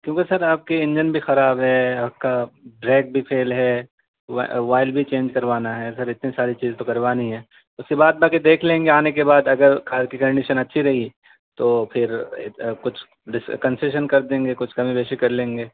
کیوںکہ سر آپ کی انجن بھی خراب ہے آپ کا بریک بھی فیل ہے وائل بھی چینج کروانا ہے سر اتنے ساری چیز تو کروانی ہے اس کے بعد باقی دیکھ لیں گے آنے کے بعد اگر کار کی کنڈیشن اچھی رہی تو پھر کچھ کنسیشن کر دیں گے کچھ کمی بیشی کر لیں گے